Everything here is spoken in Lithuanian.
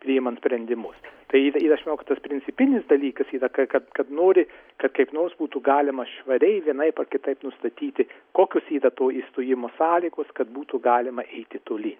priimant sprendimus tai yr yra išmoktas principinis dalykas yra kad kad nori kad kaip nors būtų galima švariai vienaip ar kitaip nustatyti kokios yra to išstojimo sąlygos kad būtų galima eiti tolyn